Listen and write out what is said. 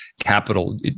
capital